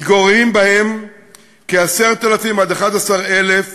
מתגוררים בהם 10,000 11,000 תושבים.